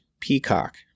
Peacock